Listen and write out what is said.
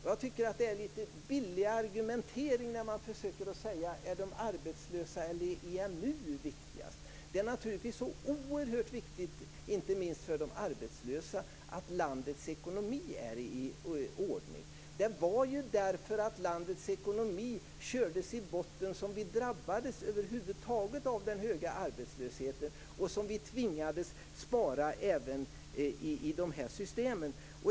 Jag tycker att det är litet billig argumentering när man frågar om de arbetslösa eller EMU är viktigast. Det är naturligtvis så oerhört viktigt, inte minst för de arbetslösa, att landets ekonomi är i ordning. Det var på grund av att landets ekonomi kördes i botten som vi över huvud taget drabbades av den höga arbetslösheten och som vi tvingades spara även i de här systemen.